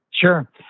Sure